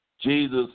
Jesus